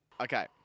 Okay